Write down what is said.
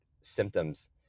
symptoms